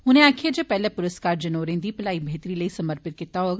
उनें आक्खेया जे पैहला पुरस्कार जनौरें दी भलाई बेहतरी लेई समर्पित कीता गेदा होग